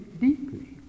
deeply